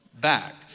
back